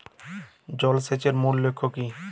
জল সেচের মূল লক্ষ্য কী?